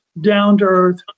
down-to-earth